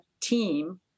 team